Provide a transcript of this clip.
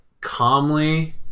calmly